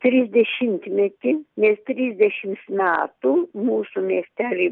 trisdešimtmetį nes trisdešims metų mūsų miesteliai